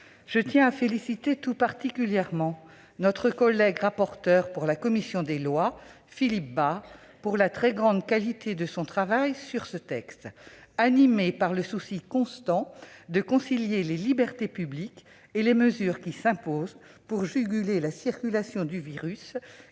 Je tiens à féliciter tout particulièrement notre collègue rapporteur de la commission des lois, Philippe Bas, pour la très grande qualité de son travail sur ce texte, ... Merci !... animé par le souci constant de concilier libertés publiques et mesures qui s'imposent pour juguler la circulation du virus.